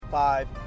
Five